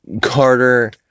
Carter